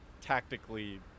tactically